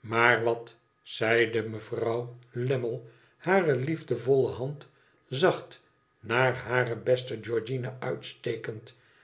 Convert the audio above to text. maar wat zeide mevrouw lammie bare liefdevolle hand zacht naar hare beste georgiana uitstekend